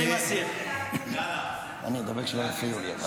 אני מסיר --- אני אדבר כשלא יפריעו לי.